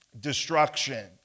destruction